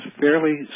fairly